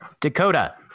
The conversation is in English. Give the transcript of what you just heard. Dakota